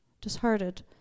disheartened